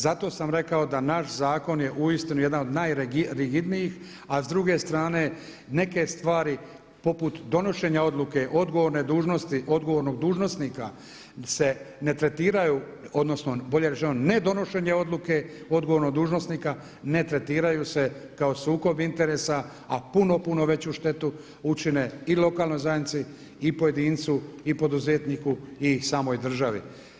Zato sam rekao da naš zakon je uistinu jedan od najrigidnijih a s druge strane neke stvari poput donošenja odluka, odgovorne dužnosti, odgovornog dužnosnika se ne tretiraju odnosno bolje rečeno ne donošenje odluke odgovornog dužnosnika ne tretiraju se kao sukob interesa a puno, puno veću štetu učine i lokalnoj zajednici i pojedincu i poduzetniku i samoj državi.